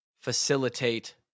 facilitate